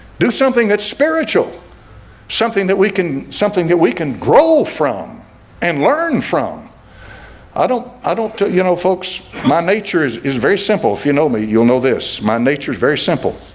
do something that's spiritual something that we can something that we can grow from and learn from i don't i don't tell you know folks. my nature is is very simple. if you know me, you'll know this my nature is very simple.